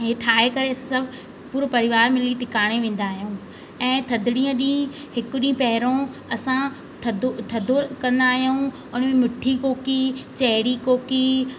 हे ठाहे करे सभु पूरो परिवार मिली टिकाणे वेंदा आहियूं ऐं थधिड़ीअ ॾींहुं हिकु ॾींहुं पहिरों असां थधो थधो कंदा आहियूं उन में मिठी कोकी चहिरी कोकी